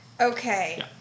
Okay